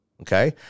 Okay